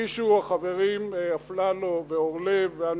שהגישו החברים אפללו, אורלב ואנוכי,